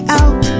out